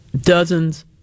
dozens